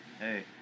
Hey